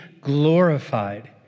glorified